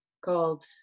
called